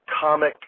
comic